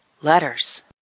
Letters